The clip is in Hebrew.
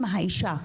אם האישה,